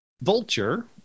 vulture